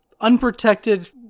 unprotected